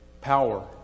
Power